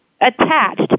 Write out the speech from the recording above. attached